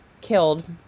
killed